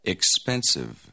Expensive